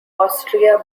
austria